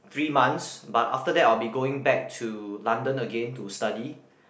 three months but after that I'll be going back to London again to study